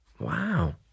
wow